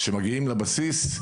כשמגיעים לבסיס,